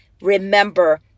remember